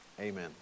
amen